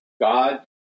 God